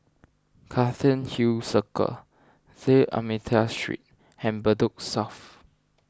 Cairnhill Circle D'Almeida Street and Bedok South